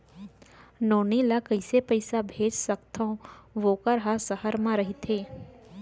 नोनी ल कइसे पइसा भेज सकथव वोकर ह सहर म रइथे?